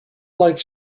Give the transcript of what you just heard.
like